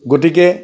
গতিকে